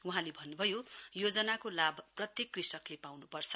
वहाँले भन्नुभयो योजनाको लाभ प्रत्येक कृषकले पाउनुपर्छ